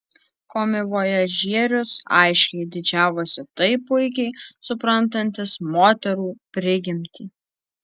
komivojažierius aiškiai didžiavosi taip puikiai suprantantis moterų prigimtį